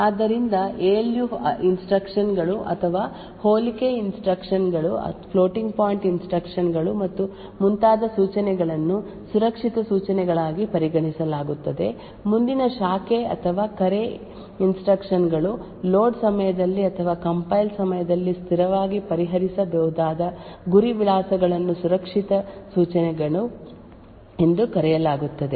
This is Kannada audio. ಆದ್ದರಿಂದ ಎ ಎಲ್ ಯು ಇನ್ಸ್ಟ್ರಕ್ಷನ್ ಗಳು ಅಥವಾ ಹೋಲಿಕೆ ಇನ್ಸ್ಟ್ರಕ್ಷನ್ ಗಳು ಫ್ಲೋಟಿಂಗ್ ಪಾಯಿಂಟ್ ಇನ್ಸ್ಟ್ರಕ್ಷನ್ ಗಳು ಮತ್ತು ಮುಂತಾದ ಸೂಚನೆಗಳನ್ನು ಸುರಕ್ಷಿತ ಸೂಚನೆಗಳಾಗಿ ಪರಿಗಣಿಸಲಾಗುತ್ತದೆ ಮುಂದಿನ ಶಾಖೆ ಅಥವಾ ಕರೆ ಇನ್ಸ್ಟ್ರಕ್ಷನ್ ಗಳು ಲೋಡ್ ಸಮಯದಲ್ಲಿ ಅಥವಾ ಕಂಪೈಲ್ ಸಮಯದಲ್ಲಿ ಸ್ಥಿರವಾಗಿ ಪರಿಹರಿಸಬಹುದಾದ ಗುರಿ ವಿಳಾಸಗಳನ್ನು ಸುರಕ್ಷಿತ ಸೂಚನೆಗಳು ಎಂದು ಕರೆಯಲಾಗುತ್ತದೆ